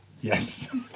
Yes